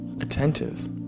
Attentive